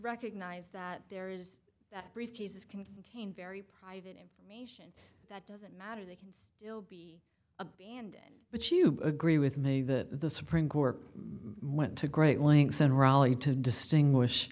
recognized that there is that briefcase can contain very private and from that doesn't matter they can still be abandon but you agree with me that the supreme court went to great lengths in raleigh to distinguish